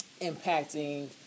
impacting